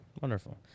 Wonderful